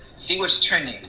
see what's trending,